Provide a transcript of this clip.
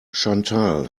chantal